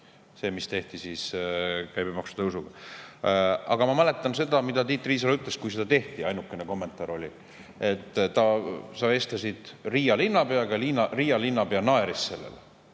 see, mis tehti käibemaksu tõusuga. Aga ma mäletan, mida Tiit Riisalo ütles, kui seda tehti. Ainukene kommentaar oli, et sa vestlesid Riia linnapeaga ja Riia linnapea naeris selle